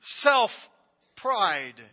self-pride